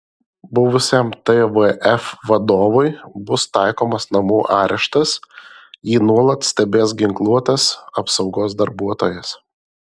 buvusiam tvf vadovui bus taikomas namų areštas jį nuolat stebės ginkluotas apsaugos darbuotojas